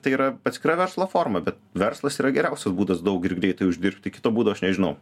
tai yra atskira verslo forma bet verslas yra geriausias būdas daug ir greitai uždirbti kito būdo aš nežinau